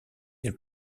elle